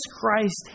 Christ